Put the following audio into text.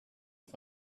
auf